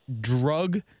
drug